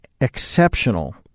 exceptional